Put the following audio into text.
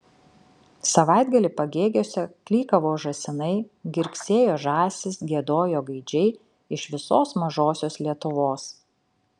savaitgalį pagėgiuose klykavo žąsinai girgsėjo žąsys giedojo gaidžiai iš visos mažosios lietuvos